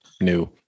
new